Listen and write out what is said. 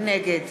נגד